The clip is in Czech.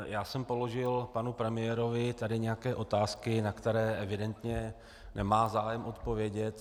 Já jsem položil panu premiérovi tady nějaké otázky, na které evidentně nemá zájem odpovědět.